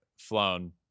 flown